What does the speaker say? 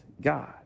God